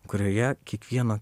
kurioje kiekvieno